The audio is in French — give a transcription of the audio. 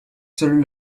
seul